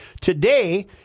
Today